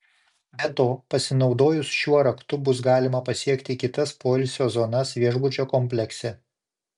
be to pasinaudojus šiuo raktu bus galima pasiekti kitas poilsio zonas viešbučio komplekse